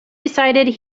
decided